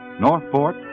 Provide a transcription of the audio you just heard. Northport